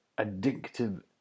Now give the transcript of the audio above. addictive